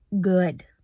good